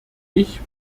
ich